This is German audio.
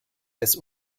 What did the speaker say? des